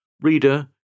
Reader